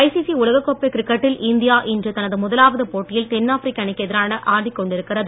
ICC உலக கோப்பை கிரிக்கெட்டில் இந்தியா இன்று தமது முதலாவது போட்டியில் தென்ஆப்பிரிக்க அணிக்கு எதிராக ஆடிக்கொண்டிருக்கிறது